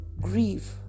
grieve